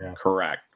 Correct